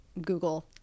Google